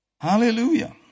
Hallelujah